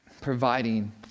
providing